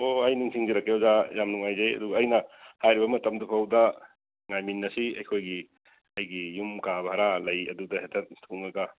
ꯍꯣꯏ ꯍꯑꯣꯤ ꯑꯩ ꯅꯤꯡꯁꯤꯡꯖꯔꯛꯀꯦ ꯑꯣꯖꯥ ꯌꯥꯝ ꯅꯨꯡꯉꯥꯏꯖꯩ ꯑꯗꯨ ꯑꯩꯅ ꯍꯥꯏꯔꯤ ꯃꯇꯝꯗꯨ ꯐꯥꯎꯗ ꯉꯥꯏꯃꯤꯟꯅꯁꯤ ꯑꯩꯈꯣꯏꯒꯤ ꯑꯩꯒꯤ ꯌꯨꯝ ꯀꯥ ꯚꯔꯥ ꯂꯩ ꯑꯗꯨꯗ ꯍꯦꯛꯇ ꯊꯨꯡꯂꯒ